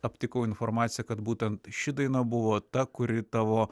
aptikau informaciją kad būtent ši daina buvo ta kuri tavo